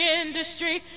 industry